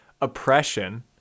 oppression